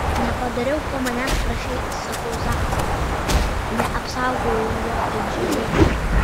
nepadariau ko manęs prašei sakau zakui neapsaugojau jo kaip žadėjau